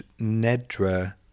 Nedra